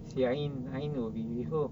si ain ain will be with who